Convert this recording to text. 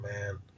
man